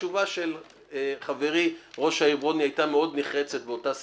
התשובה של חברי ראש העיר ברודני הייתה מאוד נחרצת באותה שיחה: